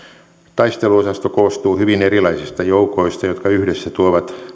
taisteluosasto koostuu hyvin erilaisista joukoista jotka yhdessä tuovat